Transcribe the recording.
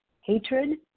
hatred